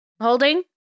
holding